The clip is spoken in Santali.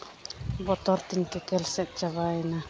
ᱵᱚᱛᱚᱨ ᱛᱤᱧ ᱠᱮᱠᱮᱞᱥᱮᱫ ᱪᱟᱵᱟᱭᱮᱱᱟ